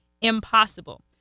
impossible